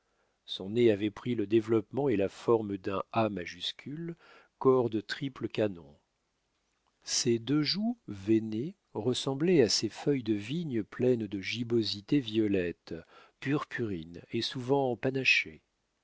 son nez avait pris le développement et la forme d'un a majuscule corps de triple canon ses deux joues veinées ressemblaient à ces feuilles de vigne pleines de gibbosités violettes purpurines et souvent